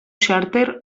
xàrter